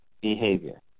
behavior